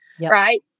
right